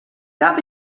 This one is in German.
darf